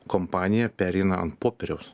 kompanija pereina ant popieriaus